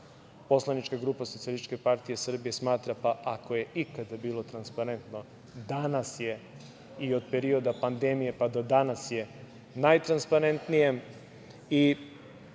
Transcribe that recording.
Poslanička grupa SPS smatra da ako je ikada bilo transparentno, danas je, i od perioda pandemije pa do danas je najtransparentnije. Druga